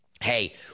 Hey